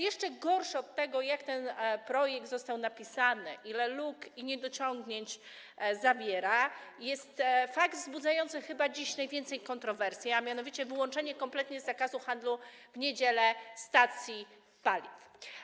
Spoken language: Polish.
Jeszcze gorszy od tego, jak ten projekt został napisany, ile luk i niedociągnięć zawiera, jest fakt wzbudzający chyba dziś najwięcej kontrowersji, a mianowicie wyłączenie kompletnie z zakazu handlu w niedzielę stacji paliw.